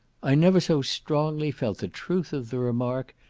i never so strongly felt the truth of the remark,